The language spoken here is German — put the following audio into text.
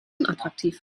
unattraktiv